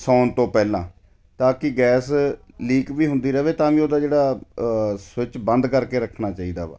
ਸੌਣ ਤੋਂ ਪਹਿਲਾਂ ਤਾਂ ਕਿ ਗੈਸ ਲੀਕ ਵੀ ਹੁੰਦੀ ਰਵੇ ਤਾਂ ਵੀ ਉਹਦਾ ਜਿਹੜਾ ਸਵਿੱਚ ਬੰਦ ਕਰਕੇ ਰੱਖਣਾ ਚਾਹੀਦਾ ਵਾ